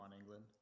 England